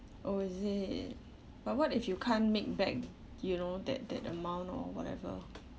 oh is it but what if you can't make back you know that that amount or whatever